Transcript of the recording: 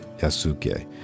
Yasuke